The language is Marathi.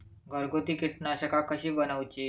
घरगुती कीटकनाशका कशी बनवूची?